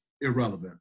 irrelevant